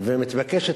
מתבקשת